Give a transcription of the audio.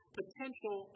potential